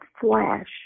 flash